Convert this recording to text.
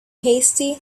hasty